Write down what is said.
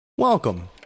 Welcome